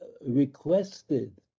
requested